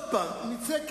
לסרבל,